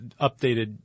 updated